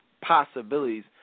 possibilities